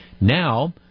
now